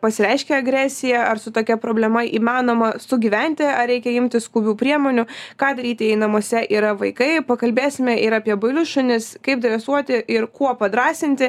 pasireiškia agresija ar su tokia problema įmanoma sugyventi ar reikia imtis skubių priemonių ką daryti jei namuose yra vaikai pakalbėsime ir apie bailius šunis kaip dresuoti ir kuo padrąsinti